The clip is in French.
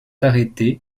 arrêtés